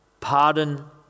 pardon